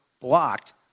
blocked